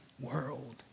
world